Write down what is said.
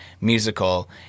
musical